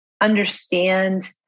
understand